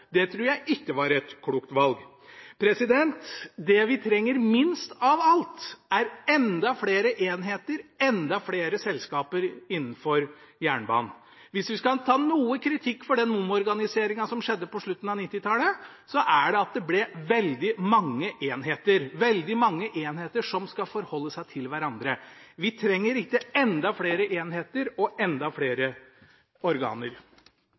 Det tror jeg ikke var et klokt valg. Det vi trenger minst av alt, er enda flere enheter, enda flere selskaper innenfor jernbanen. Hvis vi skal ta kritikk for noe av den omorganiseringen som skjedde på slutten av 1990-tallet, er det at det ble veldig mange enheter – veldig mange enheter som skal forholde seg til hverandre. Vi trenger ikke enda flere enheter og enda flere organer.